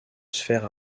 sphère